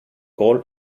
gol